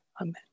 Amen